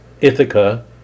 Ithaca